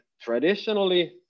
traditionally